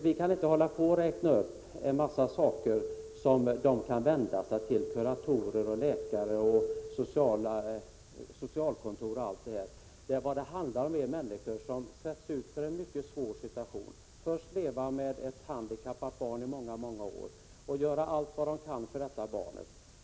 Vi kan inte hålla på att räkna upp att de skall vända sig till kuratorer, läkare, socialkontor osv. Det handlar om människor som försätts i en mycket svår situation. Först lever de med ett handikappat barn i många år och gör allt vad de kan för detta barn.